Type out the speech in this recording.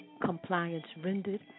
compliance-rendered